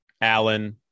Allen